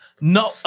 no